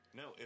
no